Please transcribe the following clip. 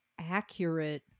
accurate